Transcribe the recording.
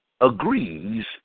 agrees